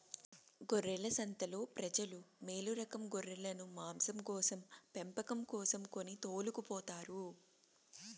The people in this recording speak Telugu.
గొర్రెల సంతలో ప్రజలు మేలురకం గొర్రెలను మాంసం కోసం పెంపకం కోసం కొని తోలుకుపోతారు